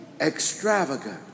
extravagant